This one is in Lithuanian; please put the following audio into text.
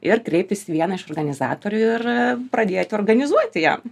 ir kreiptis į vieną iš organizatorių ir pradėti organizuoti jam